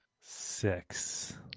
six